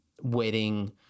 wedding